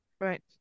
Right